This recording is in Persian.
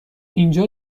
اینجا